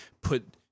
put